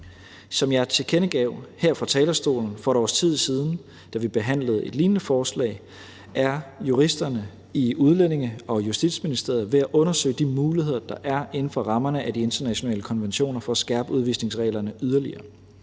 Som jeg tilkendegav her fra talerstolen for et års tid siden, da vi behandlede et lignende forslag, er juristerne i Udlændige- og Justitsministeriet ved at undersøge de muligheder, der er inden for rammerne af de internationale konventioner for at skærpe udvisningsreglerne yderligere,